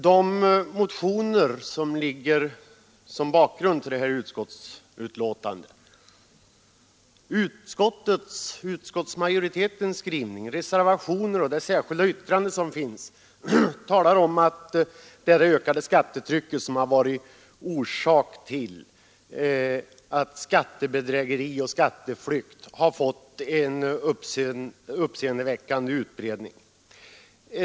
De motioner som ligger som bakgrund till det här utskottsbetänkandet, utskottsmajoritetens skrivning, reservationen och det särskilda yttrande som finns talar om att det ökade skattetrycket har varit orsak till att skattebedrägeri och skatteflykt fått en uppseendeväckande utbredning.